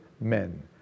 men